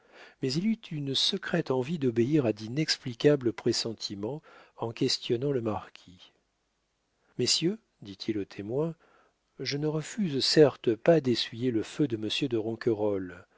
mais il eut une secrète envie d'obéir à d'inexplicables pressentiments en questionnant le marquis messieurs dit-il aux témoins je ne refuse certes pas d'essuyer le feu de monsieur de